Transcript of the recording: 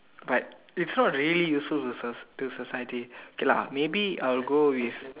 but it's not really useful to the society okay lah maybe I will go with